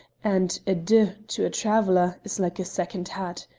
and a de to a traveller is like a second hat.